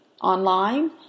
online